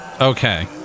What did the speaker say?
Okay